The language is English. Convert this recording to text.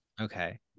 Okay